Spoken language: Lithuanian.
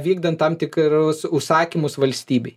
vykdant tam tikrus užsakymus valstybei